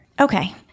Okay